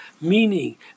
meaning